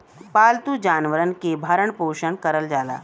पालतू जानवरन के भरण पोसन करल जाला